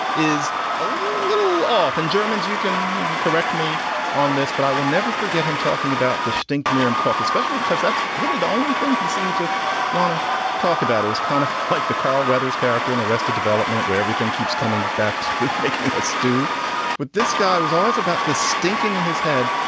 is a little little off in germany. you can, you can correct me on this, but i will never forget him talking about distinct miriam cough, especially because that's really the only thing he seemed to want to talk about. it was kind of like the carl weathers character in arrested development, where everything keeps coming back to making a stew with this guy was always about the stinking in his head.